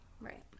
Right